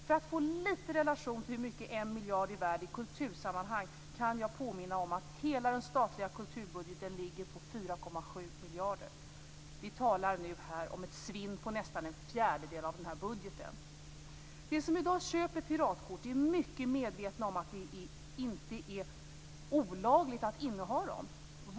För att ni skall få en liten uppfattning om vad 1 miljard är värd i kultursammanhang kan jag påminna om att hela den statliga kulturbudgeten ligger på 4,7 miljarder. Vi talar här om ett svinn på nästan en fjärdedel av denna budget. De som i dag köper piratkort är mycket medvetna om att det inte är olagligt att inneha ett sådant kort.